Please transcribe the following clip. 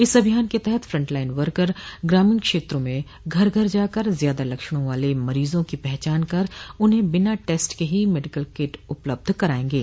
इस अभियान के तहत फ्रंटलाइन वर्कर ग्रामीण क्षेत्रों में घर घर जाकर ज्यादा लक्षणों वाले मरीजों की पहचान कर उन्हें बिना टेस्ट के ही मेडिकल किट उपलब्ध करायेंगे